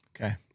Okay